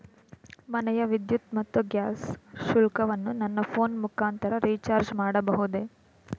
ಮನೆಯ ವಿದ್ಯುತ್ ಮತ್ತು ಗ್ಯಾಸ್ ಶುಲ್ಕವನ್ನು ನನ್ನ ಫೋನ್ ಮುಖಾಂತರ ರಿಚಾರ್ಜ್ ಮಾಡಬಹುದೇ?